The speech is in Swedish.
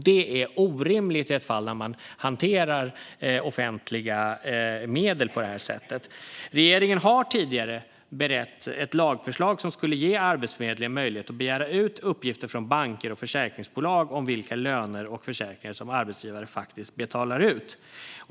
Det är orimligt i fall där man hanterar offentliga medel på detta sätt. Regeringen har tidigare berett ett lagförslag som skulle ge Arbetsförmedlingen möjlighet att begära ut uppgifter från banker och försäkringsbolag om vilka löner och försäkringar som arbetsgivare faktiskt betalar ut.